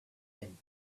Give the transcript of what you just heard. him